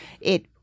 it-